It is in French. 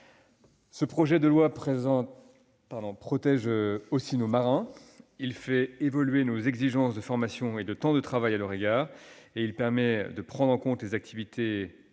Ce projet de loi protège en outre nos marins. Il fait évoluer nos exigences de formation et de temps de travail à leur égard et permet de prendre en compte les périodes